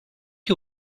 you